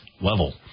level